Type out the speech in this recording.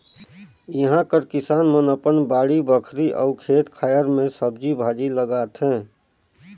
इहां कर किसान मन अपन बाड़ी बखरी अउ खेत खाएर में सब्जी भाजी लगाथें